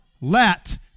let